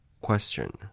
Question